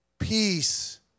Peace